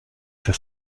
für